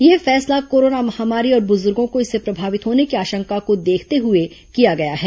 यह फैसला कोरोना महामारी और बुज़्गों को इससे प्रभावित होने की आशंका को देखते हए किया गया है